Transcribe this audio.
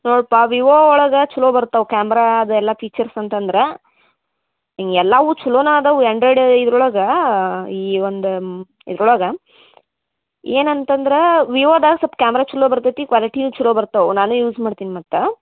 ನೋಡ್ಪ Vivo ಒಳಗೆ ಛಲೊ ಬರ್ತವು ಕ್ಯಾಮ್ರಾ ಅದೆಲ್ಲ ಪೀಚರ್ಸ್ ಅಂತಂದ್ರ ಎಲ್ಲವು ಛಲೋನ ಅದಾವು ಆ್ಯಂಡ್ರಾಯ್ಡ್ ಇದ್ರ ಒಳಗೆ ಈ ಒಂದು ಇದ್ರ ಒಳಗೆ ಏನು ಅಂತಂದ್ರಾ ವಿವೊದಾಗ ಸಲ್ಪ ಕ್ಯಾಮ್ರ ಚಲೊ ಬರ್ತೈತಿ ಕ್ವಾಲಿಟೀನು ಛಲೊ ಬರ್ತವು ನಾನೇ ಯೂಸ್ ಮಾಡ್ತಿನಿ ಮತ್ತೆ